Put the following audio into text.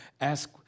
ask